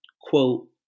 quote